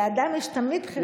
לאדם יש תמיד בחירה חופשית.